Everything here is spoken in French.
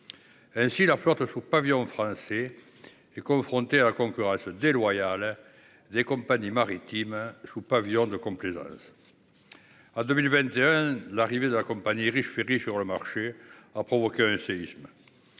Ainsi, la flotte sous pavillon français est confrontée à la concurrence déloyale des compagnies maritimes sous pavillon de complaisance. En 2021, l'arrivée de la compagnie Irish Ferries sur le marché a provoqué un séisme.